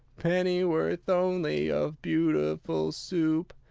pennyworth only of beautiful soup?